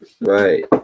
right